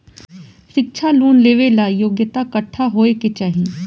शिक्षा लोन लेवेला योग्यता कट्ठा होए के चाहीं?